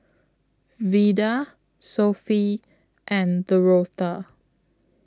Vida Sophie and Dorotha